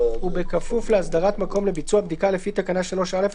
ובכפוף להסדרת מקום לביצוע בדיקה לפי תקנה 3(א)